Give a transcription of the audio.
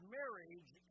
marriage